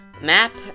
map